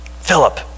Philip